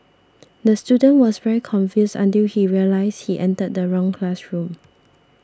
the student was very confused until he realised he entered the wrong classroom